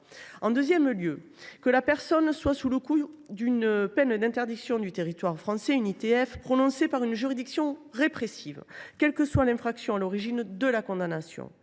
La deuxième condition est que la personne soit sous le coup d’une peine d’interdiction du territoire français (ITF) prononcée par une juridiction répressive, quelle que soit l’infraction à l’origine de la condamnation.